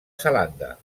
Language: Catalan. zelanda